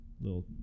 little